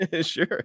Sure